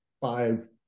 five